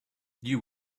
you